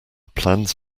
plans